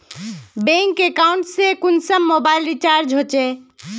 Bank account से कुंसम mobile recharge होचे?